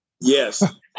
Yes